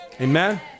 Amen